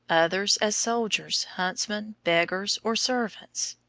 others as soldiers, huntsmen, beggars, or servants.